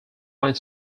line